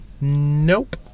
Nope